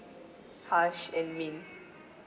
harsh and mean